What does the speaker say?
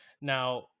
Now